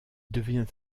devient